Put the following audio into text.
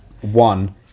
one